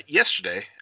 yesterday